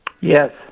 Yes